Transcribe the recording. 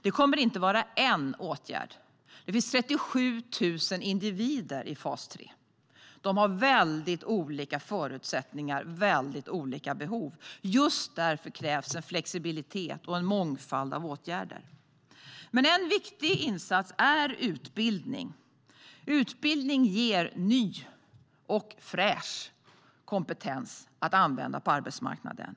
Det kommer inte att vara en enda åtgärd. Det finns 37 000 individer i fas 3. De har väldigt olika förutsättningar och väldigt olika behov. Just därför krävs det en flexibilitet och en mångfald av åtgärder. En viktig insats är utbildning. Utbildning ger ny och fräsch kompetens att använda på arbetsmarknaden.